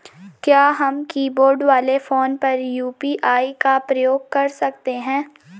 क्या हम कीबोर्ड वाले फोन पर यु.पी.आई का प्रयोग कर सकते हैं?